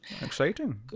Exciting